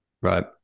Right